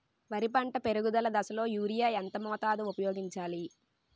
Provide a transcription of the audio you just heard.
వరి పంట పెరుగుదల దశలో యూరియా ఎంత మోతాదు ఊపయోగించాలి?